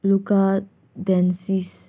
Luka ꯗꯦꯟꯖꯤꯁ